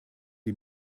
die